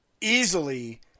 easily